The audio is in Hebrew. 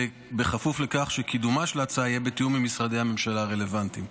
ובכפוף לכך שקידומה של ההצעה יהיה בתיאום עם משרדי הממשלה הרלוונטיים.